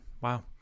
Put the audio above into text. wow